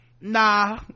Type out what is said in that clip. nah